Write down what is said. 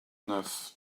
neuf